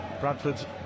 Bradford